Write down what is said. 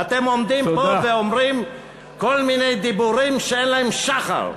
ואתם עומדים פה ואומרים כל מיני דיבורים שאין להם שחר.